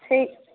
সেই